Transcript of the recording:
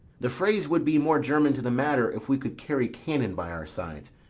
the phrase would be more german to the matter if we could carry cannon by our sides.